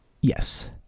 yes